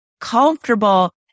comfortable